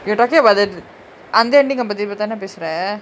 you are talking about that அந்த:antha ending ah பத்தி தான பேசுர:pathi thana pesura